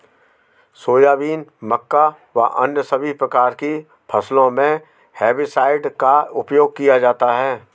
soybean, मक्का व अन्य सभी प्रकार की फसलों मे हेर्बिसाइड का उपयोग किया जाता हैं